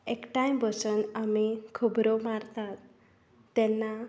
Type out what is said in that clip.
एकठांय बसून आमी खबरो मारतात तेन्ना